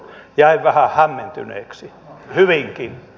jäin vähän hämmentyneeksi hyvinkin